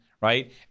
right